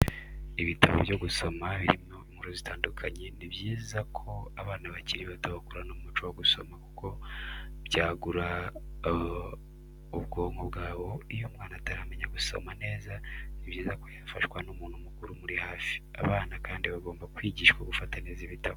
Ibitabo byo gusoma birimo inkuru zitandukanye, ni byiza ko abana bakiri bato bakurana umuco wo gusoma kuko byagura ubwonko bwabo iyo umwana ataramenya gusoma neza ni byiza ko yafashwa n'umuntu mukuru umuri hafi. Abana kandi bagomba kwigishwa gufata neza ibitabo.